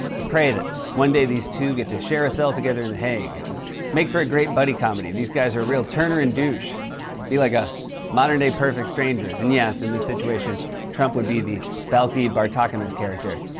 i pray that one day these two get to share a cell together in the hague. it would make for a great buddy comedy. these guys are a real turner and douche. it would be like a modern day perfect strangers. and yes, in this situation trump would be the balki bartokomous character.